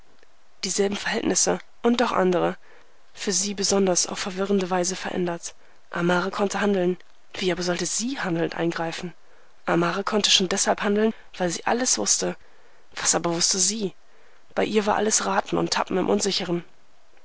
dieselben verhältnisse und doch andere für sie besonders auf verwirrende weise veränderte amara konnte handeln wie aber sollte sie handelnd eingreifen amara konnte schon deshalb handeln weil sie alles wußte was aber wußte sie bei ihr war alles raten und tappen im unsicheren